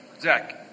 Zach